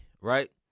right